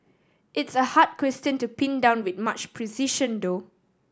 it's a hard question to pin down with much precision though